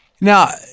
Now